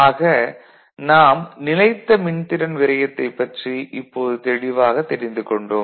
ஆக நாம் நிலைத்த மின்திறன் விரயத்தைப் பற்றி இப்போது தெளிவாகத் தெரிந்து கொண்டோம்